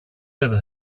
over